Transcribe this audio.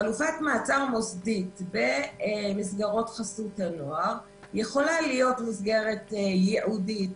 חלופת מעצר מוסדית במסגרות חסות הנוער יכולה להיות מסגרת ייעודית,